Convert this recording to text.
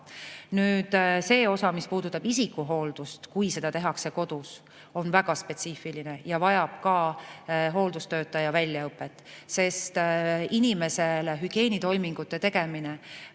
saab. See osa, mis puudutab isiku hooldust, kui seda tehakse kodus, on väga spetsiifiline ja vajab hooldustöötaja väljaõpet, sest oskamatu hügieenitoimingute tegemine